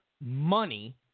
money